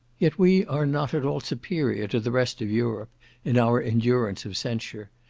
yet we are not at all superior to the rest of europe in our endurance of censure,